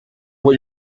what